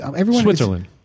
Switzerland